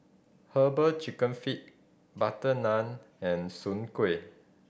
Herbal Chicken Feet butter naan and Soon Kueh